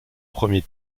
premier